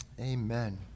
Amen